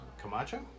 Camacho